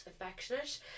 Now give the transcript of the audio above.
affectionate